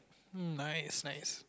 hm nice nice